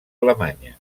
alemanya